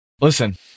Listen